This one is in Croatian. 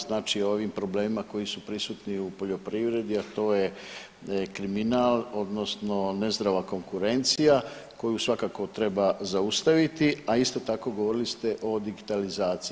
Znači o ovim problemima koji su prisutni u poljoprivredi, a to je kriminal, odnosno nezdrava konkurencija koju svakako treba zaustaviti, a isto tako govorili ste o digitalizaciji.